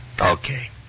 Okay